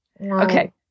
Okay